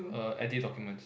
err edit documents